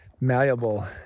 malleable